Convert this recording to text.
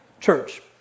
Church